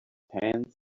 hands